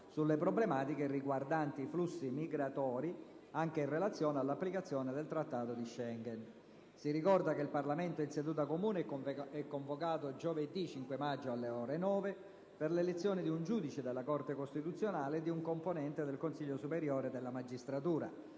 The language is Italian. sulle problematiche riguardanti i flussi migratori, anche in relazione all'applicazione del trattato di Schengen. Si ricorda che il Parlamento in seduta comune è convocato giovedì 5 maggio, alle ore 9, per l'elezione di un giudice della Corte costituzionale e di un componente del Consiglio superiore della magistratura.